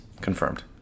Confirmed